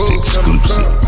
exclusive